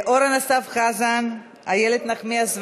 אורן אסף חזן, איילת נחמיאס ורבין,